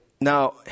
Now